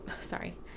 sorry